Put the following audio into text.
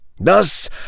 Thus